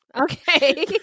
okay